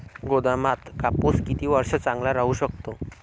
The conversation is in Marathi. गोदामात कापूस किती वर्ष चांगला राहू शकतो?